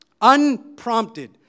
unprompted